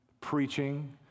preaching